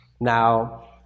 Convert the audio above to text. Now